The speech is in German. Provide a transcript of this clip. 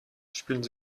spielen